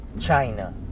China